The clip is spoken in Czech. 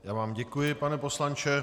Já vám děkuji, pane poslanče.